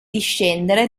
discendere